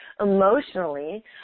emotionally